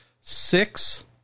six